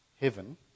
heaven